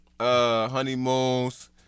honeymoons